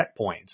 checkpoints